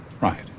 right